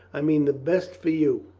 i mean the best for you.